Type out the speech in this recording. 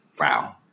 Wow